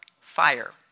fire